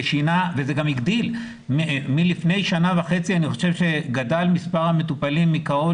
זה גם הגדיל ומלפני שנה וחצי אני חושב שגדל מספר המטופלים מקרוב